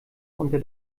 unter